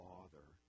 Father